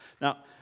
Now